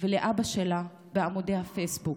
ולאבא שלה בעמודי הפייסבוק.